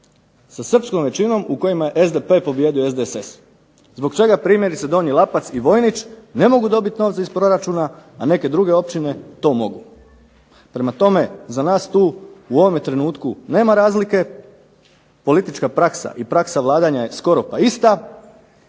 sa Srpskom većinom u kojima je SDP pobijedio SDSS, zbog čega primjerice Donji Lapac i Vojnić ne mogu dobiti novce iz proračuna, a neke druge općine to mogu. Prema tome, za nas tu u ovom trenutku nema razlike. Politička praksa i praska vladanja je skoro pa ista,